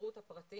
בשירות הפרטי